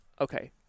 okay